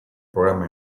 programa